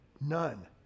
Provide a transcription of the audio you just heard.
None